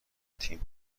تیم